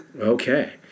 Okay